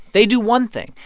they do one thing.